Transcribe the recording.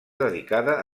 dedicada